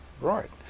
Right